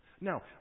Now